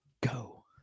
go